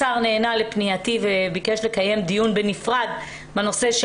השר נענה לפנייתי וביקש לקיים דיון בנפרד בנושא של